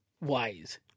wise